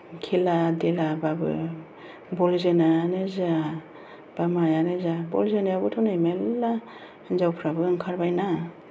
खेला देलाबाबो बल जोनायानो जा एबा मायानो जा बल जोनायावबोथ' नै मेरला हिनजावफ्राबो ओंखारबाय ना